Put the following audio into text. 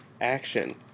action